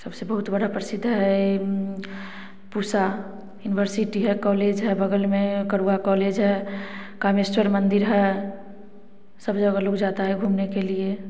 सबसे बहुत बड़ा प्रसिद्ध है पूसा यूनिवर्सिटी है कॉलेज है बगल में करुआ कॉलेज है कामेश्वर मंदिर है सब जगह लोग जाता है घूमने के लिए